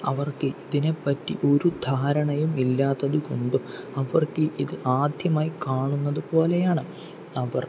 അവർക്ക് ഇതിനെപ്പറ്റി ഒരു ധാരണയും ഇല്ലാത്തതുകൊണ്ടും അവർക്ക് ഇത് ആദ്യമായി കാണുന്നത് പോലെയാണ് അവർ